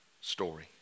story